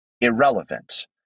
irrelevant